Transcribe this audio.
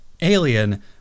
alien